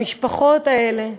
המשפחות האלה,